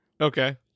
Okay